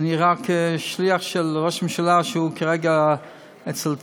אני רק שליח של ראש הממשלה, שהוא כרגע אצל טראמפ,